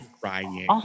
crying